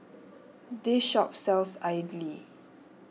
this shop sells idly